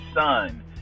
son